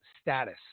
status